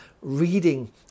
reading